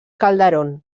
calderón